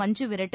மஞ்சுவிரட்டு